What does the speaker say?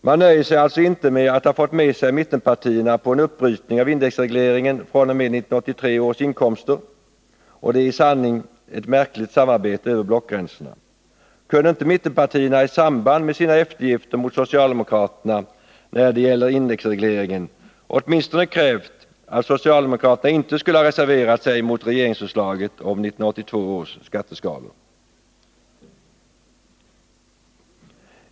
Man nöjer sig alltså inte med att ha fått med sig mittenpartierna på en uppbrytning av indexregleringen fr.o.m. 1983 års inkomster. Det är i sanning ett märkligt samarbete över blockgränserna. Kunde inte mittenpartierna i samband med sina eftergifter mot socialdemokraterna när det gäller indexregleringen åtminstone ha krävt att socialdemokraterna inte skulle ha reserverat sig mot regeringsförslaget om 1982 års skatteskalor?